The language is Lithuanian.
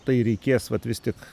tai reikės vat vis tik